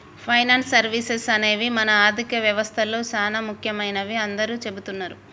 finance services అనేవి మన ఆర్థిక వ్యవస్తలో చానా ముఖ్యమైనవని అందరూ చెబుతున్నరు